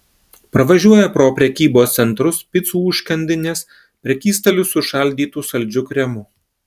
pravažiuoja pro prekybos centrus picų užkandines prekystalius su šaldytu saldžiu kremu